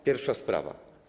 Pierwsza sprawa.